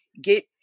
get